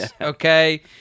Okay